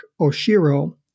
Oshiro